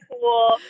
cool